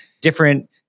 different